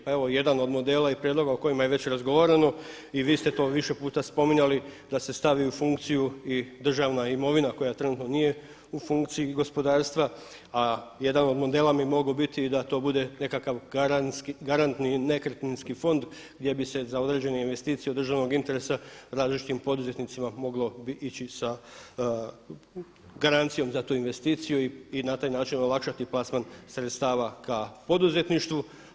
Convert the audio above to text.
Pa evo jedan od modela i prijedloga o kojima je već razgovarano i vi ste to više puta spominjali da se stavi u funkciju i državna imovina koja trenutno nije u funkciji gospodarstva a jedan od modela bi mogao biti i da to bude nekakav garantni nekretninski fond gdje bi se za određene investicije od državnog interesa različitim poduzetnicima moglo ići sa garancijom za tu investiciju i na taj način olakšati plasman sredstava ka poduzetništvu.